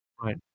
Right